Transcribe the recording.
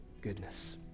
goodness